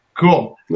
Cool